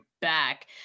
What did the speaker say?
back